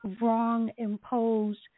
wrong-imposed